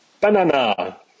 Banana